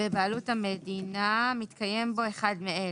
בבעלות המדינה מתקיים בו אחד מאלה: